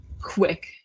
Quick